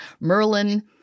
Merlin